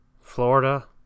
Florida